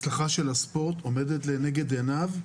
של הספורט עומדת לנגד המשרד